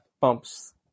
pumps